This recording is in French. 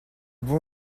bon